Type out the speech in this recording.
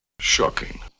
Shocking